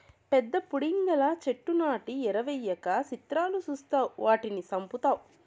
పెద్ద పుడింగిలా చెట్లు నాటి ఎరువెయ్యక సిత్రాలు సూస్తావ్ వాటిని సంపుతావ్